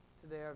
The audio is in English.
today